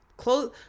Close